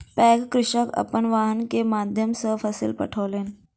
पैघ कृषक अपन वाहन के माध्यम सॅ फसिल पठौलैन